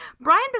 Brian